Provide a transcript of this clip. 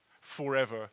forever